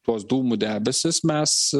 tuos dūmų debesis mes